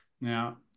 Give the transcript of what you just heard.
Now